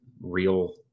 real